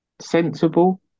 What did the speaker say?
sensible